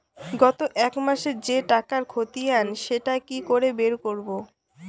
গত এক মাসের যে টাকার খতিয়ান সেটা কি করে বের করব?